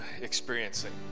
experiencing